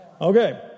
Okay